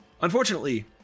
Unfortunately